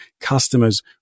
customers